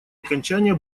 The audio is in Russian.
окончание